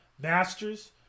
Masters